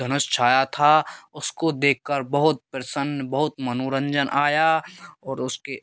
धनुष छाया था उसको देख कर बहुत प्रसन्न बहुत मनोरंजन आया और उसके